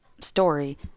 story